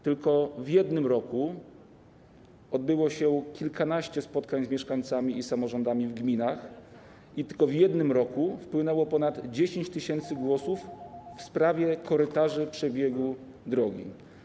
Tylko w jednym roku odbyło się kilkanaście spotkań z mieszkańcami i samorządami w gminach i tylko w jednym roku wpłynęło ponad 10 tys. głosów w sprawie korytarzy przebiegu drogi.